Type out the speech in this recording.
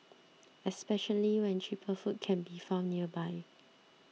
especially when cheaper food can be found nearby